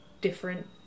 different